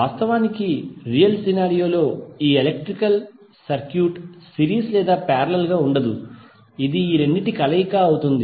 వాస్తవానికి real scenario లో ఈ ఎలక్ట్రికల్ సర్క్యూట్ సిరీస్ లేదా పారేలల్ గా ఉండదు ఇది రెండింటి కలయిక అవుతుంది